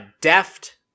Deft